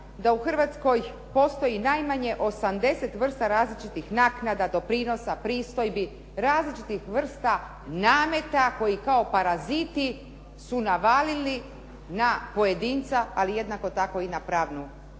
da u Hrvatskoj postoji najmanje 80 vrsta različitih naknada, doprinosa, pristojbi, različitih vrsta nameta koji kao paraziti su navalili na pojedinca, ali jednako tako i na pravnu